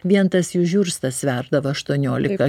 vien tas jų žiurstas sverdavo aštuoniolika